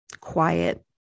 quiet